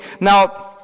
now